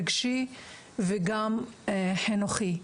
רגשי וגם חינוכי.